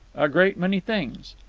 a great many things.